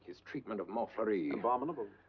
his treatment of montfleury. abominable.